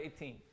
18